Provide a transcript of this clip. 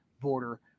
border